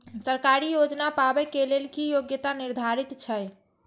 सरकारी योजना पाबे के लेल कि योग्यता निर्धारित छै?